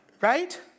Right